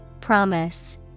Promise